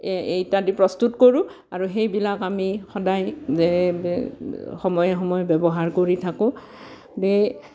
এই ইত্যাদি প্ৰস্তুত কৰোঁ আৰু সেইবিলাক আমি সদাই সময়ে সময়ে ব্যৱহাৰ কৰি থাকোঁ